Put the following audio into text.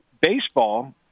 baseball